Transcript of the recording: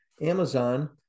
Amazon